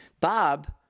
Bob